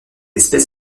espèce